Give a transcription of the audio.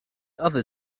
other